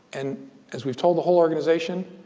and as we've told the whole organization,